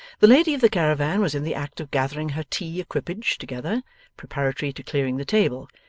the lady of the caravan was in the act of gathering her tea equipage together preparatory to clearing the table,